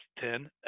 ten